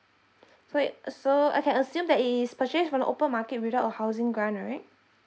sorry uh so I can assume that is purchase from the open market without a housing grant right